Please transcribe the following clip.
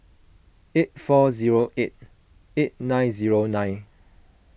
eight four zero eight eight nine zero nine